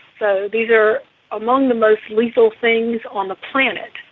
so these are among the most lethal things on the planet.